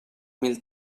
mil